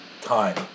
time